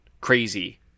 crazy